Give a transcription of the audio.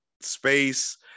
space